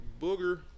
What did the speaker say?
booger